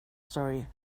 story